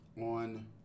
on